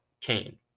Cain